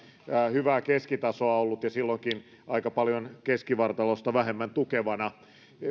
hyvää keskitasoa ollut ja silloinkin keskivartalosta aika paljon vähemmän tukevana